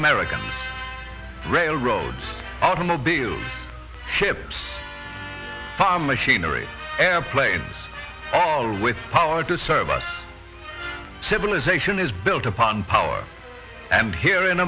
american railroads automobile ships machinery airplanes all with power to service civilization is built upon power and here in